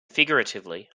figuratively